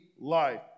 life